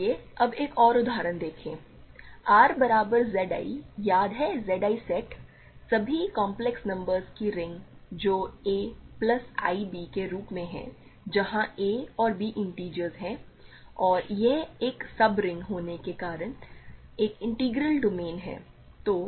आइए अब एक और उदाहरण देखें R बराबर Zi याद है Zi सेट सभी काम्प्लेक्स नंबर्स की रिंग जो a प्लस i b के रूप में हैं जहाँ a और b इंटिजर्स हैं और यह एक सब रिंग होने के नाते एक इंटीग्रल डोमेन है